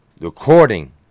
recording